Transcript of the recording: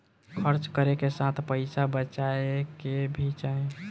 खर्च करे के साथ पइसा बचाए के भी चाही